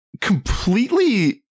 completely